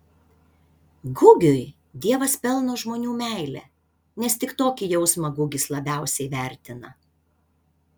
gugiui dievas pelno žmonių meilę nes tik tokį jausmą gugis labiausiai vertina